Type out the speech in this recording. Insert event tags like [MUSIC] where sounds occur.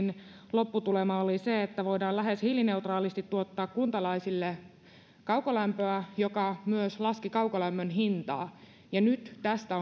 lopputulema oli se että voidaan lähes hiilineutraalisti tuottaa kuntalaisille kaukolämpöä ja se myös laski kaukolämmön hintaa ja nyt tästä [UNINTELLIGIBLE]